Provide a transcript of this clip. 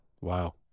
wow